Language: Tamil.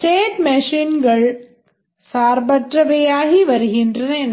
ஸ்டேட் மெஷின்கள் ஒரே நேரத்தில்